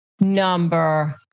number